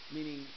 Meaning